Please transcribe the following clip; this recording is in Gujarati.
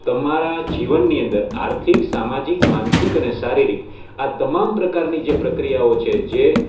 તમારા જીવનની અંદર આર્થિક સામાજિક માનસિક અને શારીરિક આ તમામ પ્રકારની જે પ્રક્રિયાઓ છે જે